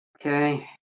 Okay